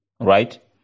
Right